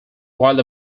while